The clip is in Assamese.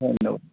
ধন্যবাদ